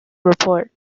report